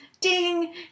Ding